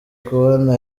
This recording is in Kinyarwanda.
kubona